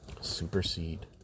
supersede